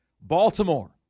Baltimore